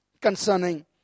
Concerning